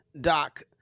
Doc